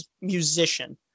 musician